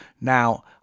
Now